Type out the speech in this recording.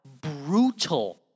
brutal